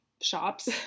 Shops